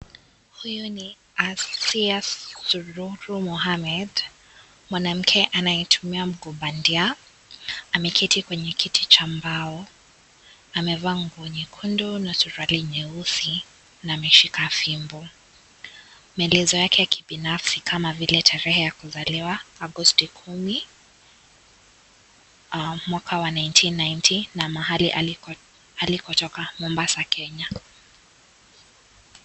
Huyu ni Asiya Sururu Mohammed mwanamke anayetumia mguu bandia ameketi kwenye kiti cha mbao amevaa nguo nyekundu na suruari nyeusi na ameshika fimbo, mbele zake kibinafsi kama vile tarehe ya kuzaliwa agositi kumi mwaka wa 1990 na mahali alikotoka Mombasa Kenya.